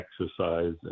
exercise